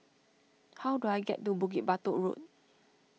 how do I get to Bukit Batok Road